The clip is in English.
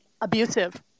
abusive